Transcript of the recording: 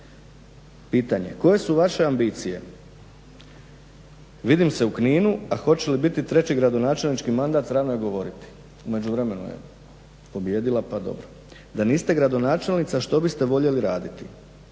Pitanje, koje su vaše ambicije? Vidim se u Kninu a hoće li biti treći gradonačelnički mandat rano je govoriti. U međuvremenu je pobijedila pa dobro. Da niste gradonačelnica što biste voljeli raditi?